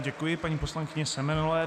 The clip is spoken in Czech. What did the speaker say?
Děkuji paní poslankyni Semelové.